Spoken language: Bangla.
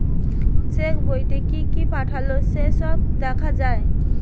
চেক বইতে কি কি পাল্টালো সে সব দেখা যায়